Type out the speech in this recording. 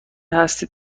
هستید